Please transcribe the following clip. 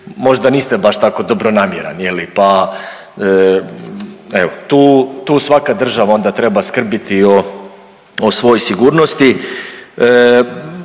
možda niste baš tako dobronamjeran, je li, pa evo tu svaka država onda treba skrbiti o svojoj sigurnosti.